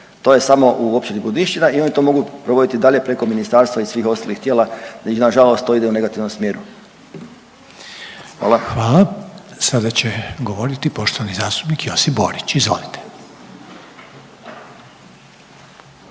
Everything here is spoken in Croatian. To je samo u Općini Budinščina i oni to mogu provoditi dalje preko ministarstva i svih ostalih tijela. Nažalost to ide u negativnom smjeru. Hvala. **Reiner, Željko (HDZ)** Hvala. Sada će govoriti poštovani zastupnik Josip Borić. Izvolite.